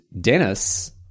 Dennis